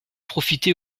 profité